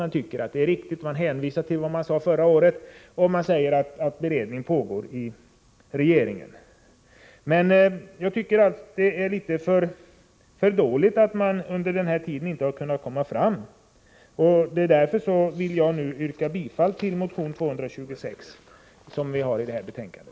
Man tycker att det vi säger är riktigt och hänvisar till vad man sade förra året samt påpekar att beredning pågår i regeringen. Jag tycker att det är litet för dåligt att regeringen inte under denna tid har kunnat komma fram med något förslag, och jag vill därför yrka bifall till motion 226, som behandlas i detta betänkande.